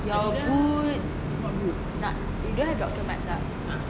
your boots not you don't have doctor marts ah